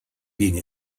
being